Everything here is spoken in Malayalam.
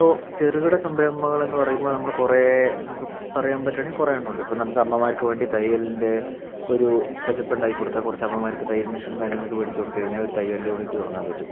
ഇപ്പോൾ ചെറുകിട സംരംഭങ്ങൾ എന്ന് പറയുമ്പോൾ നമ്മള് കുറെ നമുക്ക് പറയാൻ പറ്റുകയാണെങ്കിൽ പറയാൻ ഉണ്ട് നമുക്ക് അമ്മമാർക്ക് വേണ്ടി തയ്യലിൻ്റെ ഒരു സെറ്റപ്പ് ഉണ്ടാക്കി കൊടുത്താൽ കുറച്ച് അമ്മമാർക്ക് തയ്യൽ മെഷീൻ കാര്യങ്ങളൊക്കെ മേടിച്ചു കൊടുത്തു കഴിഞ്ഞാൽ ഒരു തയ്യൽ യൂണിറ്റ് തുടങ്ങാൻ പറ്റും